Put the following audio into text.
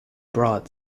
brought